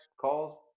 calls